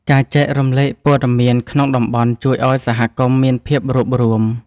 ការចែករំលែកព័ត៌មានក្នុងតំបន់ជួយឲ្យសហគមន៍មានភាពរួបរួម។